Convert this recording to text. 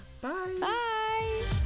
Bye